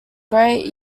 great